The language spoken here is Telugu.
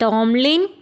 టామ్లింగ్